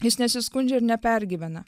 jis nesiskundžia ir nepergyvena